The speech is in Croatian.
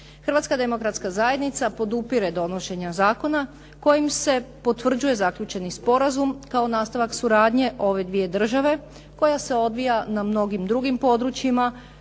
Hrvatska demokratska zajednica podupire donošenje zakona kojim se potvrđuje zaključeni sporazum kao nastavak suradnje ove dvije države koja se odvija na mnogim drugim područjima.